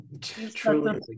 Truly